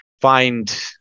find